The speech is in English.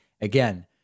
again